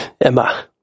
Emma